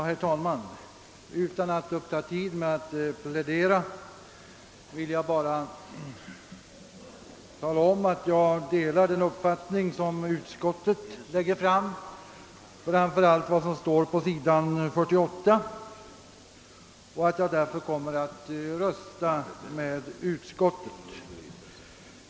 Herr talman! Jag skall inte ta upp tid med någon plädering, utan jag vill bara tala om att jag delar den uppfattning som utskottet har redovisat, framför allt vad som står på s. 48, gällande äktenskapsåldern, och att jag därför kommer att rösta i enlighet med utskottets förslag.